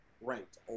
Ranked